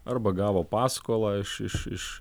arba gavo paskolą iš iš iš